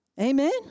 Amen